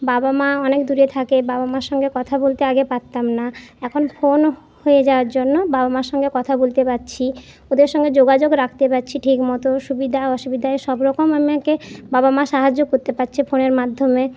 বাবা মা অনেক দূরে থাকে বাবা মার সঙ্গে কথা বলতে আগে পারতাম না এখন ফোন হয়ে যাওয়ার জন্য বাবা মার সঙ্গে কথা বলতে পাচ্ছি ওদের সঙ্গে যোগাযোগ রাখতে পাচ্ছি ঠিকমতো সুবিধা অসুবিধায় সবরকম আমাকে বাবা মা সাহায্য করতে পাচ্ছে ফোনের মাধ্যমে